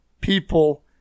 people